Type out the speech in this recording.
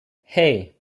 hey